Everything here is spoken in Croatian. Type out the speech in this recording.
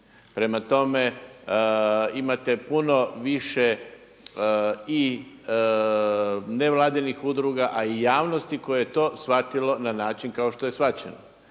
Prema tome, imate puno više i nevladinih udruga, a i javnosti koje je to shvatilo na način kao što je shvaćeno.